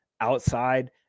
Outside